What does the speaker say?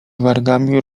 wargami